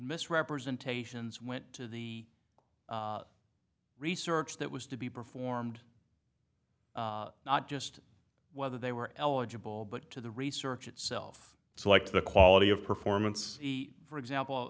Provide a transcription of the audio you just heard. misrepresentations went to the research that was to be performed not just whether they were eligible but to the research itself so like the quality of performance for example